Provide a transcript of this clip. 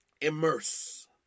immerse